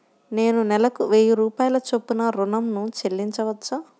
నేను నెలకు వెయ్యి రూపాయల చొప్పున ఋణం ను చెల్లించవచ్చా?